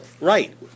Right